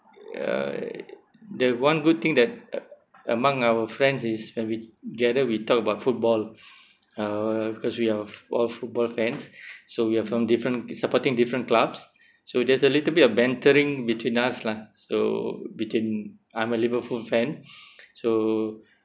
uh the one good thing that uh among our friends is when we gather we talk about football uh because we are all football fans so we're from different supporting different clubs so there's a little bit of bantering between us lah so between I'm a liverpool fan so